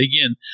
again